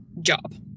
job